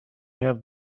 have